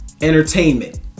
entertainment